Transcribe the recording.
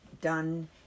done